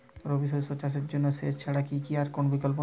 রবি শস্য চাষের জন্য সেচ ছাড়া কি আর কোন বিকল্প নেই?